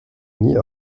nie